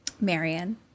Marion